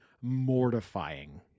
mortifying